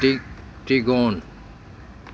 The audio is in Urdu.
ٹی ٹیگون